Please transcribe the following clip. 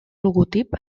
logotip